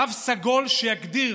תו סגול שיגדיר